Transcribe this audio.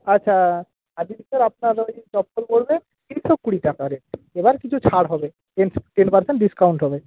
আচ্ছা আপনি কি ওই আপনার ওই চপ্পল পরবেন তিনশো কুড়ি টাকা রেট এবার কিছু ছাড় হবে টেন টেন পারসেন্ট ডিসকাউন্ট হবে